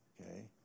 okay